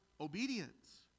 obedience